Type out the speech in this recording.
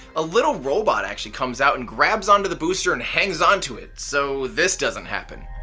a little robot actually comes out and grabs onto the booster and hangs on to it so this doesn't happen.